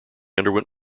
underwent